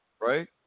Right